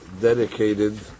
dedicated